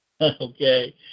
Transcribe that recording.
Okay